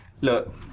look